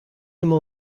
emañ